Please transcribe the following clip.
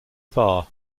far